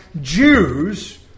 Jews